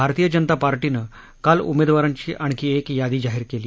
भारतीय जनता पार्टीनं काल उमेदवारांची आणखी एक यादी जाहीर केली